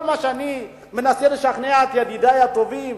כל מה שאני מנסה לשכנע את ידידי הטובים